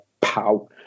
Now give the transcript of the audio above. pow